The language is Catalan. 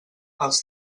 els